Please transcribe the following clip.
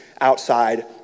outside